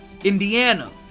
Indiana